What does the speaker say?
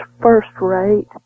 first-rate